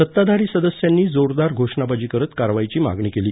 सत्ताधारी सदस्यांनी जोरदार घोषणाबाजी करत कारवाईची मागणी केली